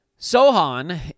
Sohan